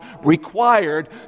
required